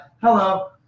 hello